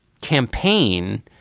campaign